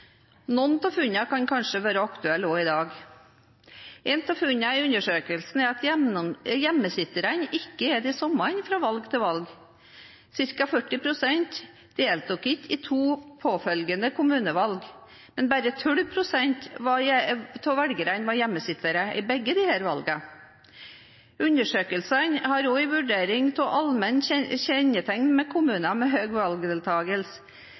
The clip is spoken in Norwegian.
Noen av funnene kan kanskje være aktuelle også i dag. Et av funnene i undersøkelsen er at hjemmesitterne ikke er de samme fra valg til valg. Cirka 40 pst. deltok ikke i to påfølgende kommunevalg, men bare 12 pst. av velgerne var hjemmesittere ved begge disse valgene. Undersøkelsen hadde også en vurdering av allmenne kjennetegn ved kommuner med høy valgdeltakelse.